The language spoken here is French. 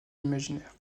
imaginaire